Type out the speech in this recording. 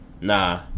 Nah